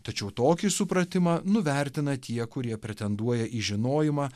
tačiau tokį supratimą nuvertina tie kurie pretenduoja į žinojimą